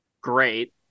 great